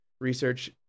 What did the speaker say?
research